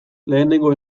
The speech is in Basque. lehenengo